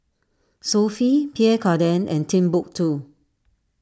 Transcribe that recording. Sofy Pierre Cardin and Timbuk two